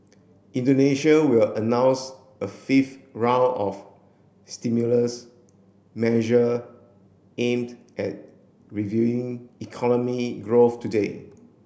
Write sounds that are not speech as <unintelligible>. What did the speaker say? Indonesia will announce a fifth round of stimulus measure aimed at <unintelligible> economy growth today